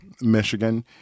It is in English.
Michigan